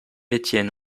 étienne